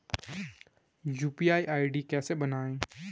UPI ID कैसे बनायें?